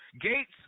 Gates